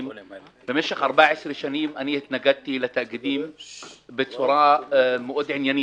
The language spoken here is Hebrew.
- במשך 14 שנים התנגדתי לתאגידים בצורה מאוד עניינית.